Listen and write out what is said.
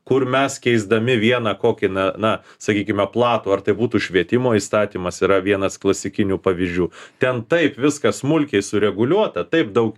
kur mes keisdami vieną kokį na na sakykime platų ar tai būtų švietimo įstatymas yra vienas klasikinių pavyzdžių ten taip viskas smulkiai sureguliuota taip daug